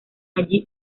allí